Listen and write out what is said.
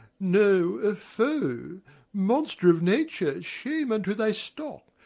no, a foe monster of nature, shame unto thy stock,